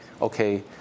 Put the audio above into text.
okay